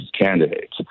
candidates